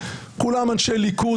כולם אנשי ליכוד,